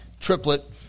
triplet